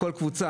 כל קבוצה,